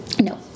No